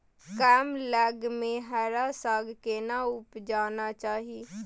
कम लग में हरा साग केना उपजाना चाही?